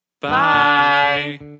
Bye